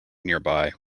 nearby